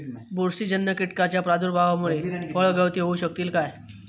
बुरशीजन्य कीटकाच्या प्रादुर्भावामूळे फळगळती होऊ शकतली काय?